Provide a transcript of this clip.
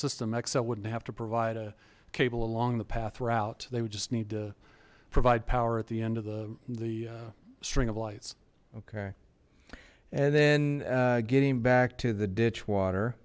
excel wouldn't have to provide a cable along the path route they would just need to provide power at the end of the the string of lights okay and then getting back to the ditch water